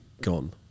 gone